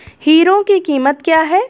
Hero की कीमत क्या है?